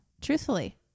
Truthfully